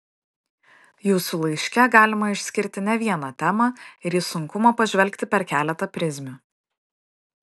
jūsų laiške galima išskirti ne vieną temą ir į sunkumą pažvelgti per keletą prizmių